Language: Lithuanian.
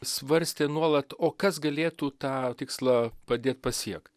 svarstė nuolat o kas galėtų tą tikslą padėt pasiekt